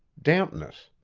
dampness.